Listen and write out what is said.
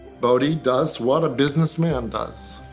boddy does what a businessman does.